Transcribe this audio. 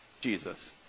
Jesus